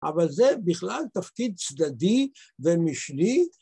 ‫אבל זה בכלל תפקיד צדדי ומשני.